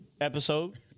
Episode